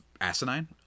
asinine